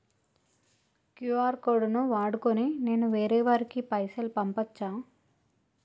QR code ను వాడుకొని నేను వేరే వారికి పైసలు పంపచ్చా?